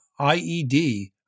IED